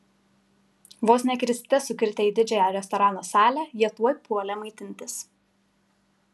vos ne kriste sukritę į didžiąją restorano salę jie tuoj puolė maitintis